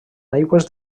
aigües